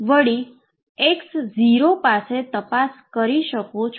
વળી x0 પાસે તપાસ કરી શકો છો